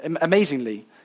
Amazingly